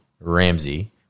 Ramsey